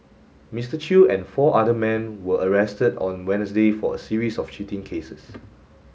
Mister Chew and four other men were arrested on Wednesday for a series of cheating cases